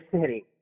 city